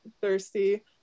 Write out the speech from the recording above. thirsty